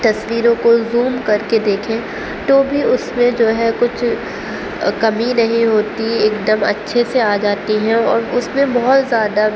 تصویروں کو زوم کر کے دیکھیں تو بھی اس میں جو ہے کچھ کمی نہیں ہوتی ایک دم اچھے سے آ جاتی ہیں اور اس میں بہت زیادہ